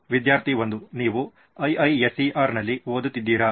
ವಿದ್ಯಾರ್ಥಿ 1 ನೀವು IISER ನಲ್ಲಿ ಓದುತ್ತಿದ್ದೀರಾ